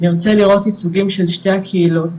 נרצה לראות ייצוגים של שתי הקהילות בתקשורת,